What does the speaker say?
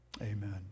Amen